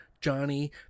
Johnny